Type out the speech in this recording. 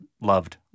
loved